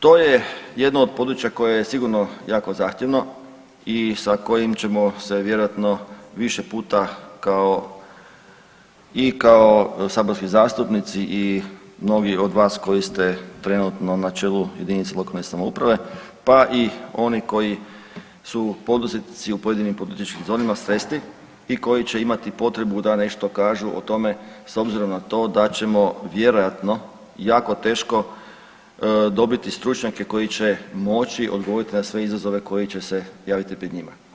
To je jedno od područja koje je sigurno jako zahtjevno i sa kojim ćemo se vjerojatno više puta i kao saborski zastupnici i mnogi od vas koji ste trenutno na čelu jedinice lokalne samouprave pa i oni koji su poduzetnici u pojedinim poduzetničkim zonama sresti i koji će imati potrebu da nešto kažu o tome s obzirom na to da ćemo vjerojatno jako teško dobiti stručnjake koji će moći odgovoriti na sve izazove koji će se javiti pred njima.